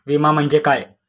विमा म्हणजे काय?